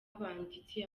abanditsi